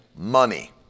Money